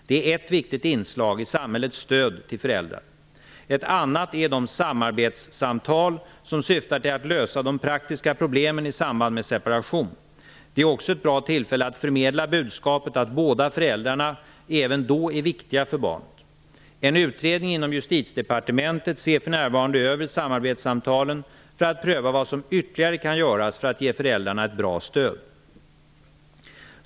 Det är ett viktigt inslag i samhällets stöd till föräldrar. Ett annat är de samarbetssamtal som syftar till att lösa de praktiska problemen i samband med separation. De är också ett bra tillfälle att förmedla budskapet att båda föräldrarna även då är viktiga för barnet. En utredning inom Justitiedepartementet ser för närvarande över samarbetssamtalen för att pröva vad som ytterligare kan göras för att ge föräldrarna ett bra stöd.